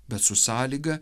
bet su sąlyga